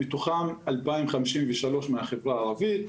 מתוכם 2,053 מהחברה הערבית.